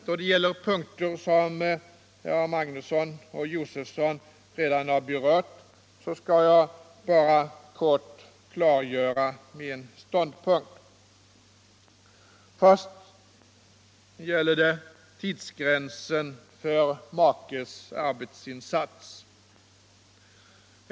Då det gäller punkter som herrar Magnusson i Borås och Josefson redan berört skall jag bara kort klargöra min ståndpunkt. Först gäller det tidsgränsen för makes arbetsinsats.